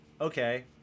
Okay